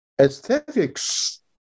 Aesthetics